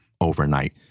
overnight